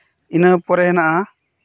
ᱤᱱᱟᱹ ᱯᱚᱨᱮ ᱦᱮᱱᱟᱜᱼᱟ